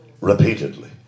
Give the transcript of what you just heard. repeatedly